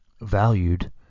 valued